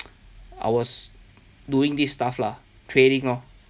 I was doing this stuff lah trading lor